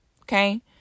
okay